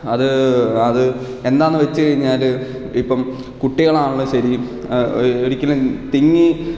അത് അത് എന്താണെന്ന് വെച്ചു കഴിഞ്ഞാൽ ഇപ്പം കുട്ടികളാണെങ്കിലും ശരി ഒരിക്കലും തിങ്ങി